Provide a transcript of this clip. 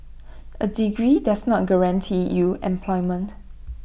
A degree does not guarantee you employment